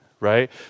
right